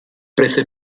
prese